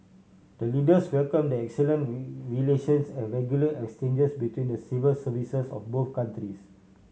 the Leaders welcomed the excellent relations and regular exchanges between the civil services of both